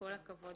כל הכבוד.